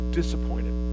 disappointed